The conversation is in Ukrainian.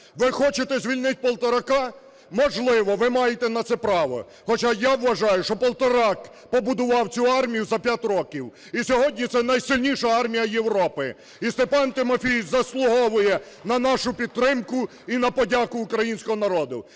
Ви хочете звільнити Полторака? Можливо, ви маєте на це право, хоча я вважаю, що Полторак побудував цю армію за 5 років і сьогодні це найсильніша армія Європи. І Степан Тимофійович заслуговує на нашу підтримку і на подяку українського народу.